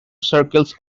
circles